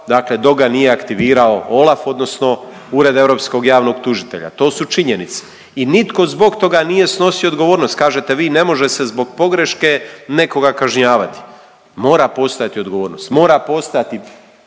dakle dok ga nije aktivirao OLAF odnosno Ured europskog javnog tužitelja. To su činjenice i nitko zbog toga nije snosio odgovornost. Kažete vi ne može se zbog pogreške nekoga kažnjavati. Mora postojati odgovornost, mora postojati